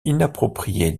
inappropriée